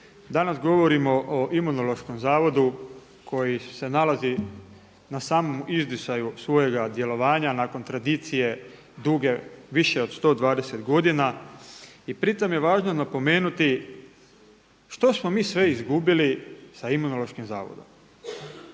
Danas govorimo o Imunološkom zavodu koji se nalazi na samom izdisaju svojega djelovanja, nakon tradicije duge više od 120 godina. I pri tome je važno napomenuti što smo mi sve izgubili sa Imunološkim zavodom.